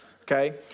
Okay